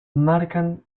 marcan